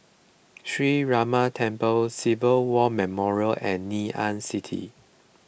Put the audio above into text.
Sree Ramar Temple Civilian War Memorial and Ngee Ann City